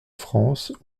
france